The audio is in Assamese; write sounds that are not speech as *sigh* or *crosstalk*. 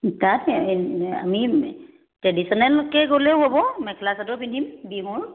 তাত *unintelligible* আমি ট্ৰেডিচনেলকে গ'লেও হ'ব মেখেলা চাদৰ পিন্ধিম বিহুৰ